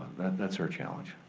that's our challenge.